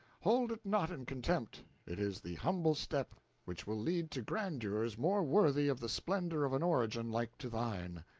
hold it not in contempt it is the humble step which will lead to grandeurs more worthy of the splendor of an origin like to thine.